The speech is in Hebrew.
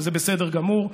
וזה בסדר גמור,